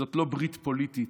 זאת לא ברית פוליטית,